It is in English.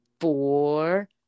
four